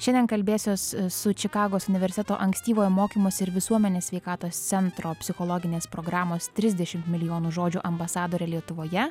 šiandien kalbėsiuos su čikagos universiteto ankstyvojo mokymosi ir visuomenės sveikatos centro psichologinės programos trisdešim milijonų žodžių ambasadore lietuvoje